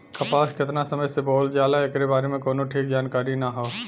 कपास केतना समय से बोअल जाला एकरे बारे में कउनो ठीक जानकारी ना हौ